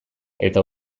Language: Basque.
eta